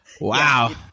Wow